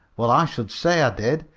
well, i should say i did.